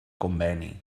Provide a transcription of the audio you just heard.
conveni